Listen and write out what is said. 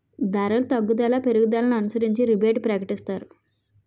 ధరలు తగ్గుదల పెరుగుదలను అనుసరించి రిబేటు ప్రకటిస్తారు